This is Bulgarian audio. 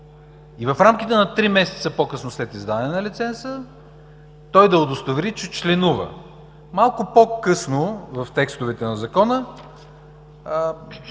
и в рамките на три месеца по-късно след издаване на лиценза той да удостовери, че членува. Малко по-късно в текстовете на Закона